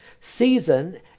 season